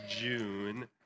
June